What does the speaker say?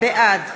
בעד